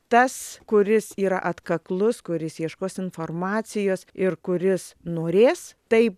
tas kuris yra atkaklus kuris ieškos informacijos ir kuris norės tai